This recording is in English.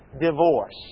divorce